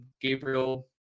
Gabriel